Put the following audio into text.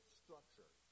structure